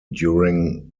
during